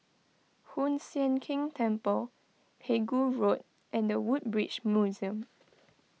Hoon Sian Keng Temple Pegu Road and the Woodbridge Museum